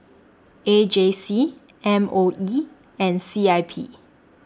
A J C M O E and C I P